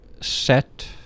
set